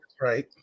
Right